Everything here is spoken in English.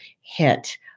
hit